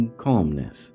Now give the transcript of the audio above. calmness